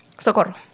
Socorro